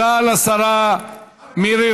אתה יודע מה אומרים?